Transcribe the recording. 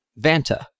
Vanta